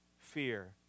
fear